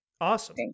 awesome